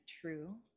true